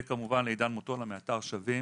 כמובן לעידן מוטולה מאתר שווים.